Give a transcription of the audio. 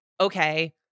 Okay